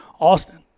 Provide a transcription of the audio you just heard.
Austin